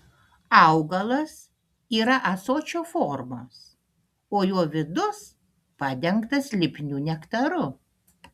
augalas yra ąsočio formos o jo vidus padengtas lipniu nektaru